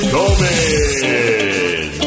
Coleman